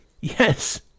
Yes